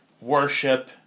worship